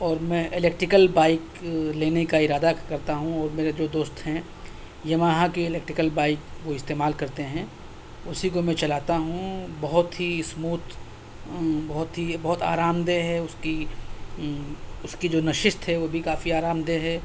اور میں electrical bike لینے کا ارادہ کرتا ہوں اور میرے جو دوست ہیں یاماہا کی الیکٹریکل بائک وہ استعمال کرتے ہیں اسی کو میں چلاتا ہوں بہت ہی اسموتھ بہت ہی بہت آرام دہ ہے اس کی اس کی جو نشست ہے وہ بھی کافی آرام دہ ہے